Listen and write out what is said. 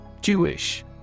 Jewish